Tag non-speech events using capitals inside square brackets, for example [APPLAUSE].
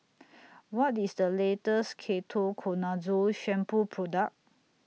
[NOISE] What IS The latest Ketoconazole Shampoo Product